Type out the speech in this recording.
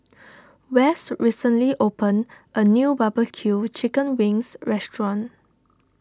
West recently opened a new Barbecue Chicken Wings restaurant